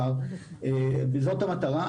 זאת המטרה,